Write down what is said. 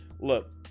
Look